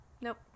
Nope